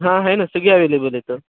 हा है ना सगळी अवे्लेबल आहेत